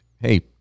hey